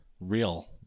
real